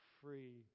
free